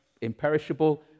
imperishable